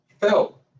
felt